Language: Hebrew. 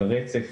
על רצף